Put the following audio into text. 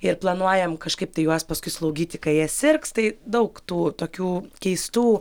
ir planuojam kažkaip tai juos paskui slaugyti kai jie sirgs tai daug tų tokių keistų